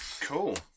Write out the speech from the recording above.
cool